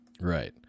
right